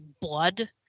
Blood